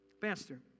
Pastor